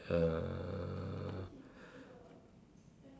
uh